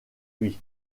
lui